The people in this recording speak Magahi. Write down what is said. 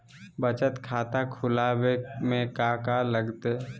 बचत खाता खुला बे में का का लागत?